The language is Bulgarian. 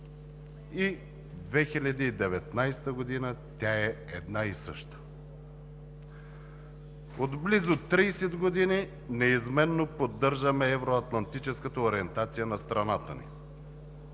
и 2019 г. тя е една и съща, отблизо 30 години неизменно поддържаме евроатлантическата ориентация на страната ни.